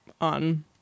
on